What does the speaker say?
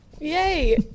yay